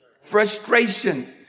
Frustration